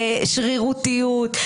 לשרירותיות.